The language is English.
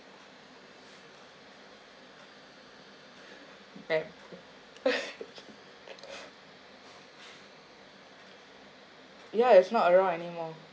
right ya it's not around anymore